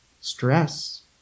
stress